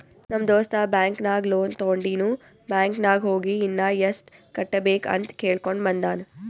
ನಮ್ ದೋಸ್ತ ಬ್ಯಾಂಕ್ ನಾಗ್ ಲೋನ್ ತೊಂಡಿನು ಬ್ಯಾಂಕ್ ನಾಗ್ ಹೋಗಿ ಇನ್ನಾ ಎಸ್ಟ್ ಕಟ್ಟಬೇಕ್ ಅಂತ್ ಕೇಳ್ಕೊಂಡ ಬಂದಾನ್